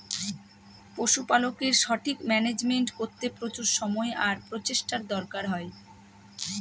পশুপালকের সঠিক মান্যাজমেন্ট করতে প্রচুর সময় আর প্রচেষ্টার দরকার হয়